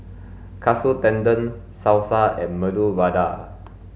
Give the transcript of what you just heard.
Katsu Tendon Salsa and Medu Vada